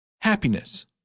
Happiness